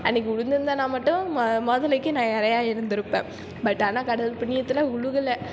அன்னைக்கு விழுந்திருந்தனா மட்டும் முதலைக்கு நான் இரையா இருந்திருப்பேன் பட் ஆனால் கடவுள் புண்ணியத்தில் விழுவுல